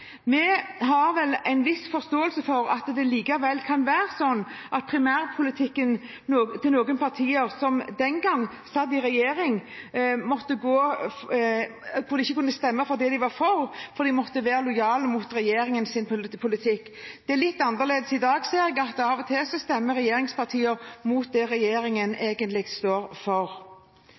Vi har vel en viss forståelse for at det likevel kan være slik i primærpolitikken at noen partier som den gang satt i regjering, ikke kunne stemme for det de var for, for de måtte være lojale mot regjeringens politikk. Det er litt annerledes i dag, ser jeg, for av og til stemmer regjeringspartiene imot det regjeringen egentlig står for.